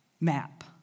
map